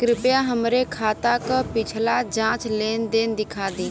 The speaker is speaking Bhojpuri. कृपया हमरे खाता क पिछला पांच लेन देन दिखा दी